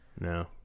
No